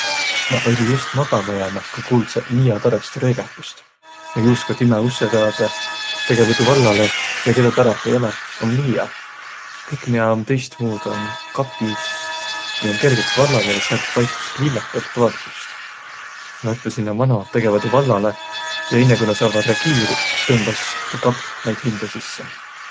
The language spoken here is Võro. Nääq olliq just magama jäämäh, ku kuuldsõq Miia tarõst röögähüst. Ja juuskvaq timä ussõ taadõ, tegeväq tuu vallalõ, ja kedä tarõh ei olõq, om Miia. Kõik, miä om tõistmuudu, om kapiuss, miä om kergelt vallalõ ja säält paistus lillakat valgust. Nä lätväq sinnäq mano, tegeväq tuu vallalõ ja inne, ku nä saavaq reagiiriq, tõmbas tuu kapp näid hindä sisse.